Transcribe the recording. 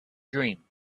dream